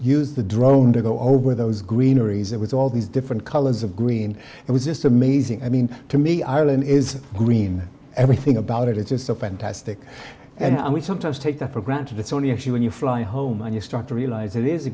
use the drone to go over those greenery that was all these different colors of green it was just amazing i mean to me ireland is green everything about it is just so fantastic and we sometimes take that for granted it's only actually when you fly home and you start to realize th